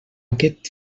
aquest